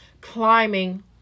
climbing